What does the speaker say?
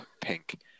pink